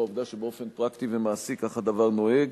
העובדה שבאופן פרקטי ומעשי כך הדבר נוהג.